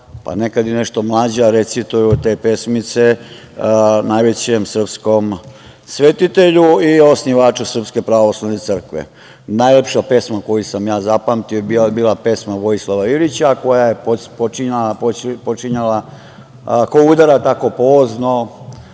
pa nekada i nešto mlađa recituju te pesmice najvećem srpskom svetitelju i osnivaču SPC. Najlepša pesma koju sam ja zapamtio je bila pesma Vojislava Ilića koja je počinjala: „Ko udara tako pozno